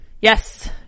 Yes